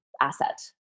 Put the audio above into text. asset